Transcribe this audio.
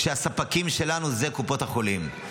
והספקים שלנו הם קופות החולים.